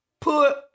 put